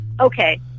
Okay